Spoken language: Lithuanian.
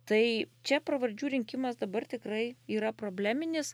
tai čia pravardžių rinkimas dabar tikrai yra probleminis